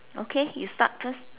okay you start first